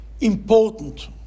important